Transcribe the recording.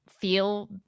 feel